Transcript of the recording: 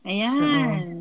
Ayan